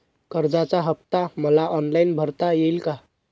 कर्जाचा हफ्ता मला ऑनलाईन भरता येईल का?